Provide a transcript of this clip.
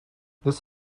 this